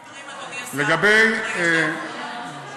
סליחה רגע, אדוני השר.